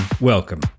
Welcome